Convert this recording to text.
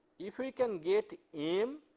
if we can get m,